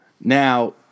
now